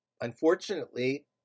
Unfortunately